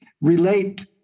relate